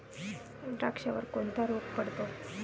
द्राक्षावर कोणता रोग पडतो?